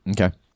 Okay